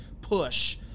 push